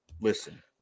listen